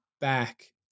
back